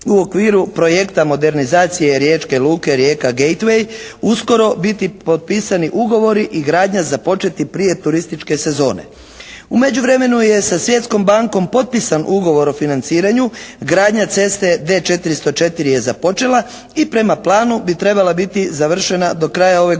u okviru projekta modernizacije riječke luke rijeka Gejtvej uskoro biti potpisani ugovori i gradnja započeti prije turističke sezone. U međuvremenu je sa Svjetskom bankom potpisan ugovor o financiranju, gradnja ceste D404 je započela i prema planu bi trebala biti završena do kraja ove godine.